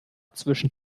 zwischen